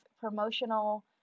promotional